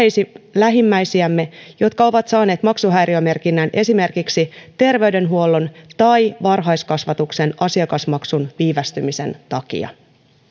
lähimmäisiämme jotka ovat saaneet maksuhäiriömerkinnän esimerkiksi terveydenhuollon tai varhaiskasvatuksen asiakasmaksun viivästymisen takia